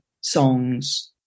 songs